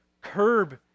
curb